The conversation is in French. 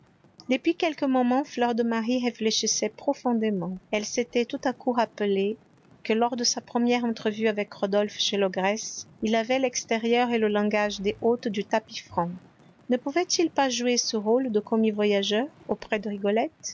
depuis quelques moments fleur de marie réfléchissait profondément elle s'était tout à coup rappelé que lors de sa première entrevue avec rodolphe chez l'ogresse il avait l'extérieur et le langage des hôtes du tapis franc ne pouvait-il pas jouer ce rôle de commis voyageur auprès de rigolette